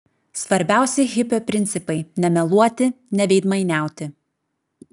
svarbiausi hipio principai nemeluoti neveidmainiauti